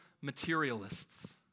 materialists